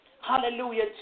Hallelujah